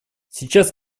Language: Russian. сейчас